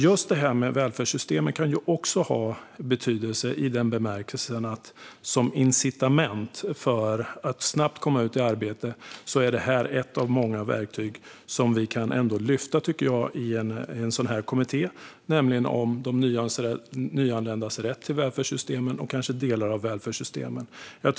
Just välfärdssystemen kan också ha betydelse som incitament för att snabbt komma ut i arbete. Jag tycker ändå att ett av många verktyg som vi kan lyfta upp i en sådan kommitté är de nyanländas rätt till välfärdssystemen och kanske till delar av välfärdssystemen.